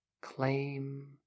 Claim